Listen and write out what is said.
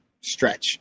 stretch